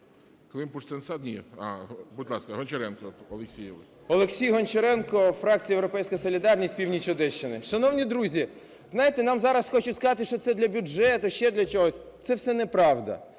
Олексій Гончаренко, фракція "Європейська солідарність", північ Одещини. Шановні друзі, знаєте, нам зараз хочуть сказати, що це для бюджету, ще для чогось. Це все неправда.